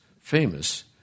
famous